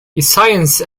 science